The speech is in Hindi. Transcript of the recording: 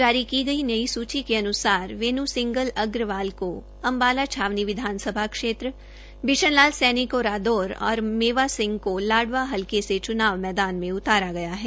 जारी की गई नई सूची के अनुसार वेनू सिंगल अग्रवाल को अम्बाला छावनी विधानसभा क्षेत्र बिशन लाल सैनी को रादौर और मेवा सिंह को लाइवा हल्के से चुनाव मैदान में उतारा गया है